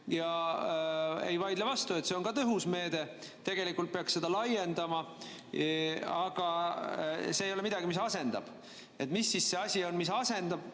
Ei vaidle vastu, et see on tõhus meede, tegelikult peaks seda laiendama. Aga see ei ole midagi, mis seda asendab. Mis siis on see asi, mis asendab,